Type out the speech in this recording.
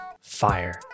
fire